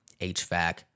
HVAC